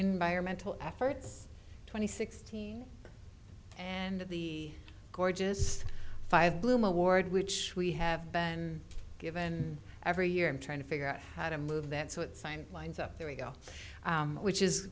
environmental efforts twenty sixteen and the gorgeous five bloom award which we have been given every year and trying to figure out how to move that so that sign lines up there we go which is